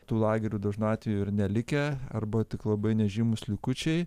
tų lagerių dažnu atveju ir nelikę arba tik labai nežymūs likučiai